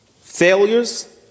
failures